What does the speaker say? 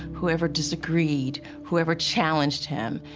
who ever disagreed, who ever challenged him.